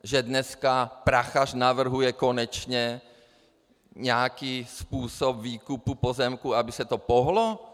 Že dneska Prachař navrhuje konečně nějaký způsob výkupu pozemku, aby se to pohnulo?